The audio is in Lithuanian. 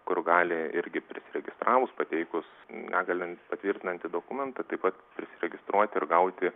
kur gali irgi prisiregistravus pateikus negalią patvirtinantį dokumentą taip pat prisiregistruoti ir gauti